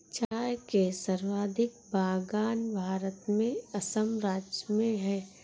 चाय के सर्वाधिक बगान भारत में असम राज्य में है